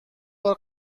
بار